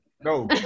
No